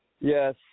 Yes